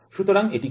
সুতরাং এটি কী